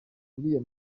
uriya